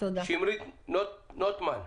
שמרית נוטמן,